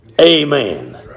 Amen